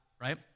right